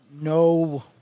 no